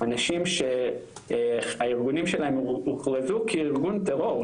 אנשים שהארגונים שלהם הוכרזו כארגון טרור.